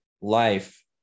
life